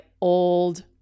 old